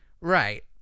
Right